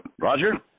Roger